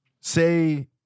say